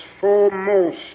foremost